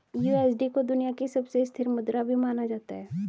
USD को दुनिया की सबसे स्थिर मुद्रा भी माना जाता है